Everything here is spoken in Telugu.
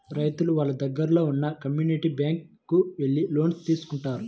రైతులు వాళ్ళ దగ్గరలో ఉన్న కమ్యూనిటీ బ్యాంక్ కు వెళ్లి లోన్స్ తీసుకుంటారు